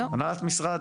הנהלת המשרד,